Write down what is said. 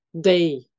day